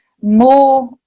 more